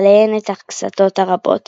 ועליהן את הכסתות הרבות,